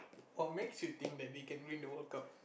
what makes you think that they can win the World Cup